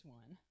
one